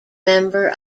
member